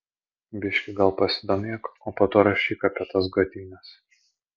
biški gal pasidomėk o po to rašyk apie tas gadynes